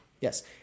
Yes